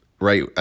right